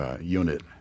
unit